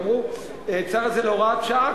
שאמרו: צריך את זה בהוראת שעה,